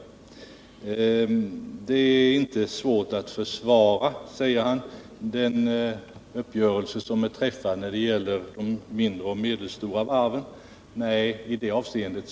Sven G. Andersson säger också att det inte är svårt att försvara den uppgörelse som träffats när det gäller de mindre och medelstora varven. Det är riktigt.